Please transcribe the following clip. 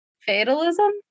fatalism